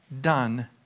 done